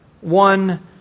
one